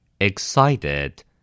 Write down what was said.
Excited